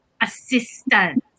assistance